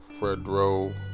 Fredro